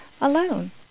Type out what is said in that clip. alone